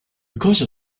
because